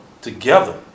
together